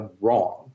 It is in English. wrong